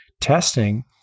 Testing